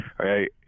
Okay